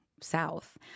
south